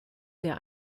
der